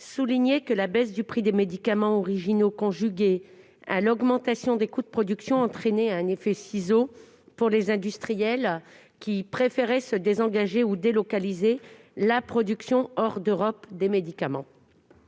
soulignait que la baisse du prix des médicaments originaux, conjuguée à l'augmentation des coûts de production, entraînait un « effet ciseau » pour les industriels, qui préféraient se désengager ou délocaliser hors d'Europe la production des médicaments.